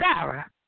Sarah